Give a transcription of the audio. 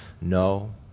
no